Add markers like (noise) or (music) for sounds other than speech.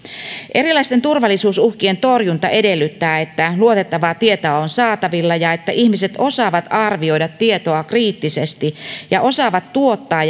erilaisten turvallisuusuhkien torjunta edellyttää että luotettavaa tietoa on saatavilla ja että ihmiset osaavat arvioida tietoa kriittisesti ja osaavat tuottaa (unintelligible)